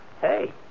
Hey